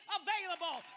available